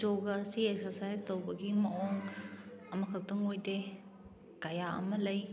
ꯖꯣꯒꯥ ꯑꯁꯤ ꯑꯦꯛꯁꯔꯁꯥꯏꯁ ꯇꯧꯕꯒꯤ ꯃꯑꯣꯡ ꯑꯃꯈꯛꯇꯪ ꯑꯣꯏꯗꯦ ꯀꯌꯥ ꯑꯃ ꯂꯩ